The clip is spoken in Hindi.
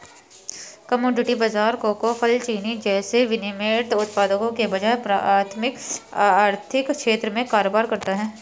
कमोडिटी बाजार कोको, फल, चीनी जैसे विनिर्मित उत्पादों के बजाय प्राथमिक आर्थिक क्षेत्र में कारोबार करता है